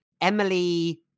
emily